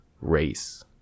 race